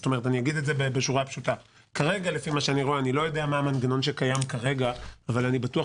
אני לא יודע מה המנגנון שקיים כרגע אבל אני בטוח